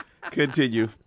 Continue